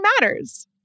matters